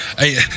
hey